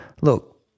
look